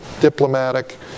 diplomatic